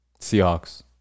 Seahawks